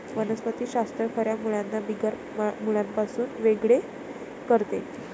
वनस्पति शास्त्र खऱ्या मुळांना बिगर मुळांपासून वेगळे करते